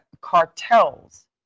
cartels